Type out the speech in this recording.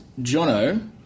Jono